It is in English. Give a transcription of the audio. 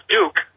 Duke